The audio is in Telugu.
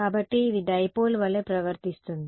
కాబట్టి ఇది డైపోల్ వలె ప్రవర్తిస్తుంది